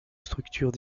structures